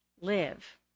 live